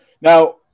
Now